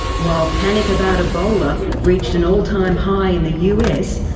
while panic about ebola reached an all-time high in the us,